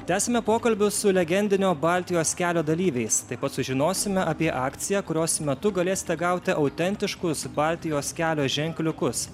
tęsime pokalbius su legendinio baltijos kelio dalyviais taip pat sužinosime apie akciją kurios metu galėsite gauti autentiškus baltijos kelio ženkliukus